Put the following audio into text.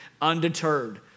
undeterred